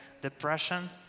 depression